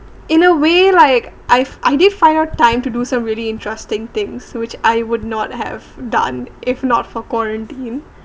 in a way like I've I did find out time to do some really interesting things which I would not have done if not for quarantine